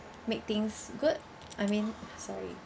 make things good I mean sorry